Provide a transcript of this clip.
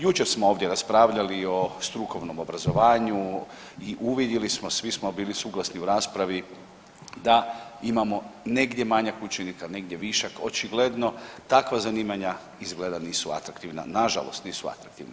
Jučer smo ovdje raspravljali o strukovnom obrazovanju i uvidjeli smo, svi smo bili suglasni u raspravi da imamo negdje manjak učenika, negdje višak, očigledno takva zanimanja izgleda nisu atraktivna, nažalost nisu atraktivna.